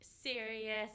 serious